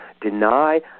deny